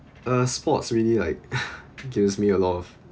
uh sports really like gives me a lot of